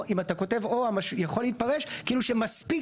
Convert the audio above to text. אם אתה כותב "או" יכול להתפרש כאילו שמספיק